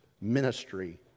ministry